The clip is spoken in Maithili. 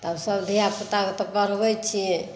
तऽ आब सब धियापुताके तऽ पढबै छियै